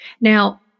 Now